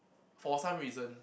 for some reason